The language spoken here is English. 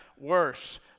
worse